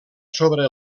sobre